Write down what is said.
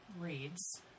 reads